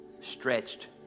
stretched